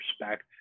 respect